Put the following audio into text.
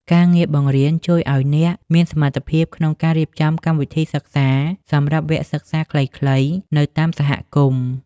ការងារបង្រៀនជួយឱ្យអ្នកមានសមត្ថភាពក្នុងការរៀបចំកម្មវិធីសិក្សាសម្រាប់វគ្គសិក្សាខ្លីៗនៅតាមសហគមន៍។